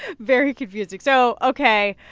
very confusing. so, ok,